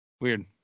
Weird